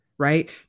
Right